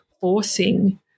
forcing